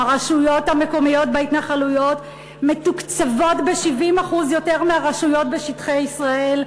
הרשויות המקומיות בהתנחלויות מתוקצבות ב-70% יותר מהרשויות בשטחי ישראל.